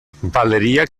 valeria